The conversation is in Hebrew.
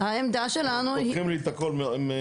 העמדה שלנו היא --- עכשיו פותחים לי את הכל מאפס.